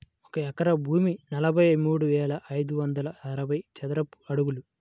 ఒక ఎకరం భూమి నలభై మూడు వేల ఐదు వందల అరవై చదరపు అడుగులు